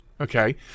okay